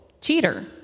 Cheater